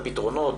הפתרונות,